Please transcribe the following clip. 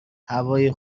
هوای